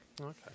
Okay